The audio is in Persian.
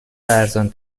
ارزان